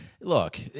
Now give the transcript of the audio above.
look